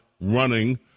running